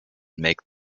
make